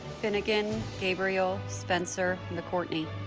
finnegan gabriel spencer mccourtney